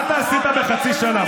מה אתה עשית בחצי שנה?